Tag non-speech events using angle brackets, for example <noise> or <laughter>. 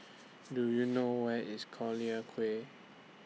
<noise> Do YOU know Where IS Collyer Quay